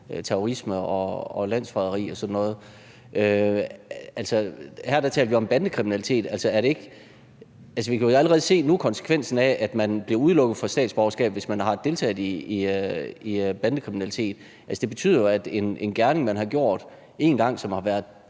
terrorisme og landsforræderi og sådan noget. Altså, her taler vi om bandekriminalitet. Vi kan allerede nu se konsekvensen af, at man bliver udelukket fra statsborgerskab, hvis man har deltaget i bandekriminalitet. Det betyder jo, at en gerning, man har gjort en gang, som har været